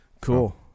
cool